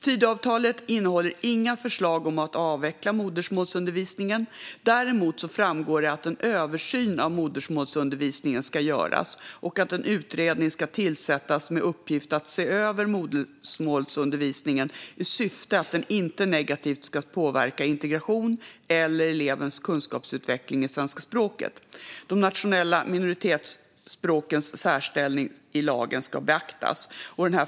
Tidöavtalet innehåller inga förslag om att avveckla modersmålsundervisningen. Däremot framgår att en översyn av modersmålsundervisningen ska göras och att en utredning ska tillsättas med uppgift att se över modersmålsundervisningen i syfte att den inte negativt ska påverka integration eller elevens kunskapsutveckling i svenska språket. De nationella minoritetsspråkens särställning i lagen ska beaktas.